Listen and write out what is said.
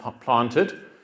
planted